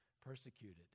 persecuted